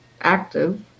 active